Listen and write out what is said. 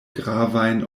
gravajn